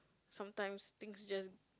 sometimes things just